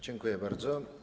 Dziękuję bardzo.